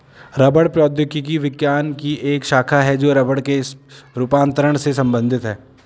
रबड़ प्रौद्योगिकी विज्ञान की एक शाखा है जो रबड़ के रूपांतरण से संबंधित है